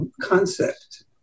concept